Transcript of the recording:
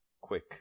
quick